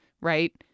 Right